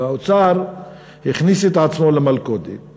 האוצר הכניס את עצמו למלכודת